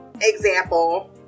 example